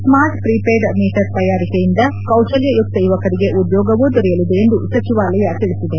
smart prepaid meter ತಯಾರಿಕೆಯಿಂದ ಕೌಶಲ್ಲಯುಕ್ತ ಯವಕರಿಗೆ ಉದ್ಲೋಗವೂ ದೊರೆಯಲಿದೆ ಎಂದು ಸಚಿವಾಲಯ ತಿಳಿಸಿದೆ